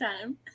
time